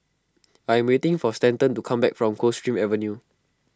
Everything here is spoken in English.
I am waiting for Stanton to come back from Coldstream Avenue